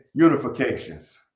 unifications